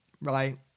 right